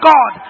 God